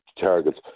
targets